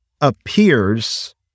appears